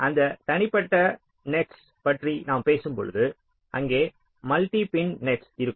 அந்த தனிப்பட்ட நெட்ஸ்களை பற்றி நாம் பேசும் பொழுது அங்கே மல்டி பின் நெட்ஸ் இருக்கும்